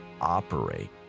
operate